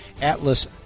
Atlas